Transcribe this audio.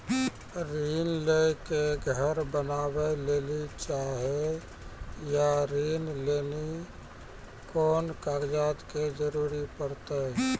ऋण ले के घर बनावे लेली चाहे या ऋण लेली कोन कागज के जरूरी परतै?